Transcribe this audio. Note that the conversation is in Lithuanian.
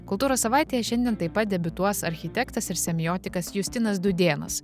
kultūros savaitėje šiandien taip pat debiutuos architektas ir semiotikas justinas dūdėnas